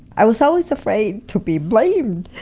i was always afraid to be blamed.